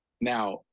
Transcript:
now